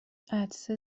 عطسه